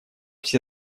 все